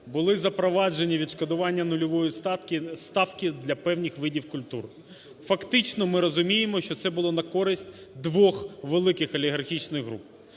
були запроваджені відшкодування нульової ставки для певних видів культур. Фактично, ми розуміємо, що це було на користь двох великих олігархічних груп.